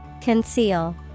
Conceal